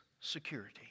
security